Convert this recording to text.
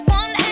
one